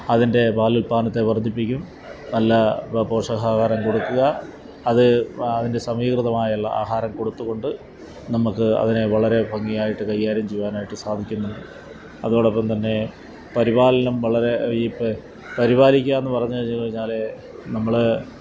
അതിന്റെ പാലുല്പ്പാദനത്തെ വര്ദ്ധിപ്പിക്കും നല്ല പോഷകാഹാരം കൊടുക്കുക അത് അതിന്റെ സമീകൃതമായുള്ള ആഹാരം കൊടുത്തുകൊണ്ട് നമ്മൾക്ക് അതിനേ വളരെ ഭംഗിയായിട്ട് കൈകാര്യം ചെയ്യുവാനായിട്ട് സാധിക്കുന്നു അതോടൊപ്പം തന്നേ പരിപാലനം വളരെ ഈ പരിപാലിക്കുകയെന്ന് പറഞ്ഞു കഴിഞ്ഞ് കഴിഞ്ഞാലേ നമ്മൾ